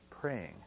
praying